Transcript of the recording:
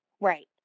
right